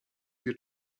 wie